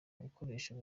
bikoresho